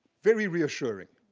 very reassuring.